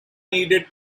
needed